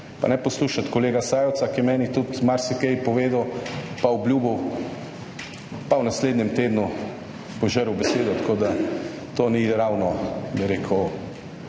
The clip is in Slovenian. Ne poslušati kolega Sajovica, ki je meni tudi marsikaj povedal pa obljubil pa v naslednjem tednu požrl besedo. Tako da, to ni ravno, bi rekel,